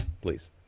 please